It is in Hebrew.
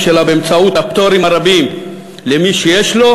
שלה באמצעות הפטורים הרבים למי שיש לו,